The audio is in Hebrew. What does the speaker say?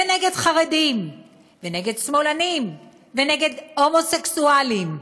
ונגד חרדים, ונגד שמאלנים, ונגד הומוסקסואלים,